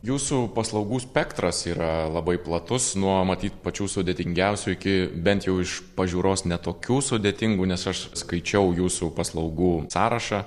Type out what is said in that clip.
jūsų paslaugų spektras yra labai platus nuo matyt pačių sudėtingiausių iki bent jau iš pažiūros ne tokių sudėtingų nes aš skaičiau jūsų paslaugų sąrašą